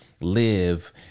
live